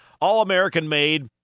all-American-made